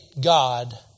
God